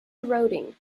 eroding